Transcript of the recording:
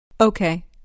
Okay